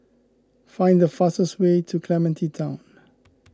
find the fastest way to Clementi Town